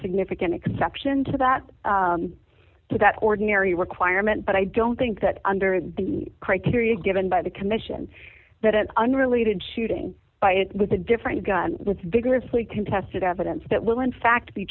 significant exception to that to that ordinary requirement but i don't think that under the criteria given by the commission that an unrelated shooting by it with a different gun with vigorously contested evidence that will in fact